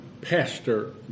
pastor